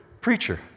preacher